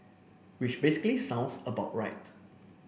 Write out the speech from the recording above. which basically sounds about right